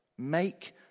Make